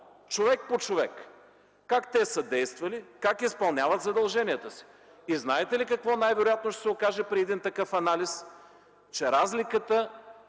човек по човек, как са действали, как изпълняват задълженията си. И знаете ли какво най-вероятно ще се окаже при един такъв анализ? Че разликата